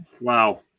Wow